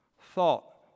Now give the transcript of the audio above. thought